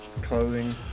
clothing